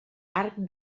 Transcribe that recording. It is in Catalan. arc